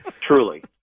Truly